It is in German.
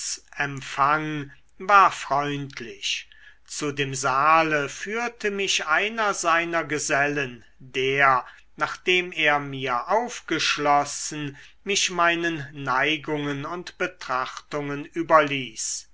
empfang war freundlich zu dem saale führte mich einer seiner gesellen der nachdem er mir aufgeschlossen mich meinen neigungen und betrachtungen überließ